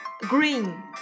green